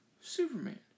Superman